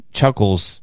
Chuckles